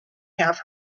have